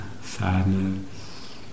sadness